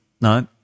No